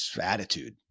attitude